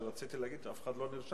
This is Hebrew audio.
שרציתי להגיד זה שאף אחד לא נרשם.